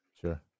Sure